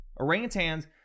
Orangutans